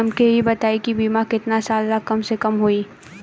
हमके ई बताई कि बीमा केतना साल ला कम से कम होई?